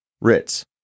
Ritz